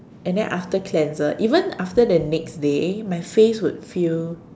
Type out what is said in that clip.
and then after cleanser even after the next day my face would feel